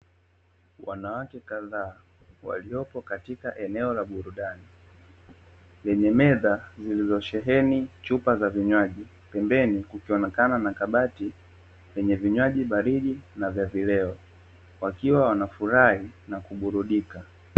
Wanawake kadhaa waliopo katika eneo la burudani, lenye meza lililo sheheni chupa za vinywaji, pembeni kukionekana na kabati lenye vinywaji baridi na vya vileo. Wakiwa wanafurahi na kuburudika.